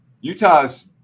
Utah's